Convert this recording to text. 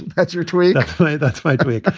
that's your tweet that's my tweet.